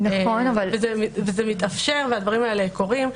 וזה מתאפשר והדברים האלה קורים.